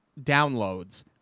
downloads